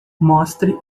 mostre